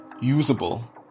usable